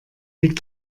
liegt